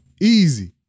Easy